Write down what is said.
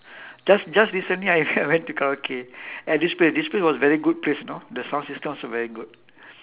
just just recently I I went to karaoke at this place this place was very good place you know the sound system also very good